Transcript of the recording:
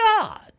God